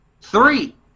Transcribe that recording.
Three